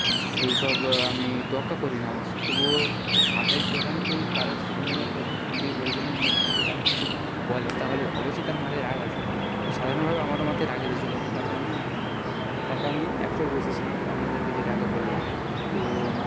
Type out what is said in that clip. সেই সব আমি তোয়াক্কা করি না অবশ্য তবুও মাথায় যখনই কেউ কারোর স্ত্রীর নামে কোনো নিজের পরিজনের মধ্যে যদি কাউকে কিছু বলে তাহলে অবশ্যই তার মাথায় রাগ আসে তো সাধারণভাবে আমারও মাথায় রাগ এসেছিলো এবং তাকে আমি না তাকে আমি এক চড় বসিয়েছিলাম তো আপনাদেরকে যেটা আগে বললাম তো